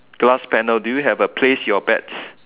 glass panel do you have a place your bets